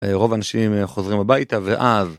רוב האנשים חוזרים הביתה ואז.